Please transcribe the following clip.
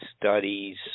studies